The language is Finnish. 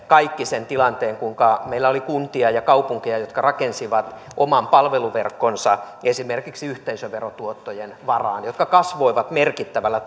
kaikki sen tilanteen kuinka meillä oli kuntia ja kaupunkeja jotka rakensivat oman palveluverkkonsa esimerkiksi yhteisöverotuottojen varaan jotka kasvoivat merkittävällä